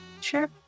Sure